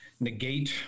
negate